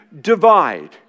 divide